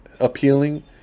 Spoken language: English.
appealing